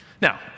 Now